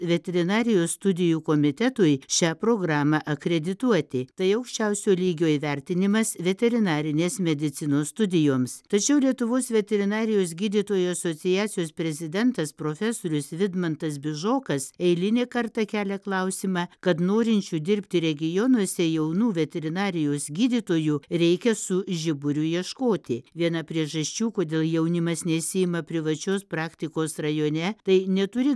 veterinarijos studijų komitetui šią programą akredituoti tai aukščiausio lygio įvertinimas veterinarinės medicinos studijoms tačiau lietuvos veterinarijos gydytojų asociacijos prezidentas profesorius vidmantas bižokas eilinį kartą kelia klausimą kad norinčių dirbti regionuose jaunų veterinarijos gydytojų reikia su žiburiu ieškoti viena priežasčių kodėl jaunimas nesiima privačios praktikos rajone tai neturi